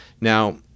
now